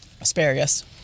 Asparagus